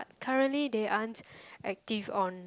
currently they aren't active on